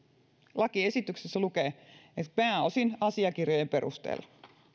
lakiesityksessä lukee että pääosin asiakirjojen perusteella